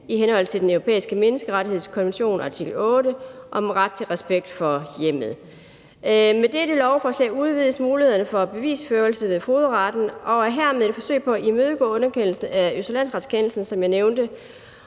hjemmet i Den Europæiske Menneskerettighedskonvention. Med dette lovforslag udvides muligheden for bevisførelse ved fogedretten, og det er hermed et forsøg på at imødegå underkendelse af Østre Landsrets-kendelsen, som jeg nævnte.